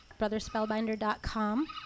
brotherspellbinder.com